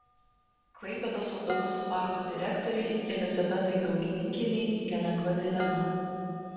klaipėdos autobusų parko direktorei jelizavetai daugininkienei nelengva dilema